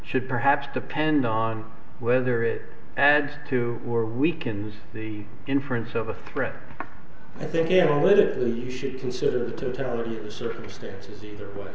should perhaps depend on whether it adds to or weakens the inference of a threat i think you should consider the totality of circumstances either way